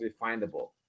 refinable